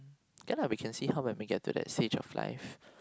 yeah lah we can see how we will make that to the stage of life